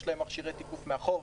יש להם מכשירי תיקוף מאחור,